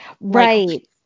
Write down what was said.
Right